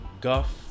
guff